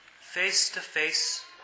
face-to-face